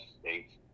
states